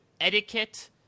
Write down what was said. etiquette